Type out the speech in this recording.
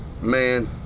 Man